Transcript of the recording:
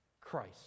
Christ